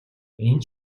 энэ